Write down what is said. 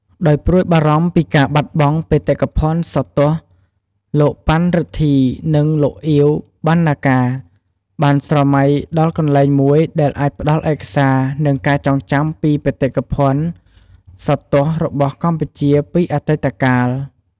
ដោយព្រួយបារម្ភពីការបាត់បង់បេតិភណ្ឌសោតទស្សន៍ លោកប៉ាន់ រិទ្ធី និង លោកអៀវ បណ្ណាការ បានស្រមៃដល់កន្លែងមួយដែលអាចផ្ដល់ឯកសារ និងការចងចាំពីបេតិកភណ្ឌសោតទស្សន៍របស់កម្ពុជាពីអតីតកាល។